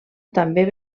també